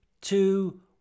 two